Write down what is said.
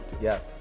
Yes